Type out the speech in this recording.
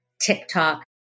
TikTok